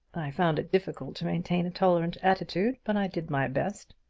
i found it difficult to maintain a tolerant attitude, but i did my best.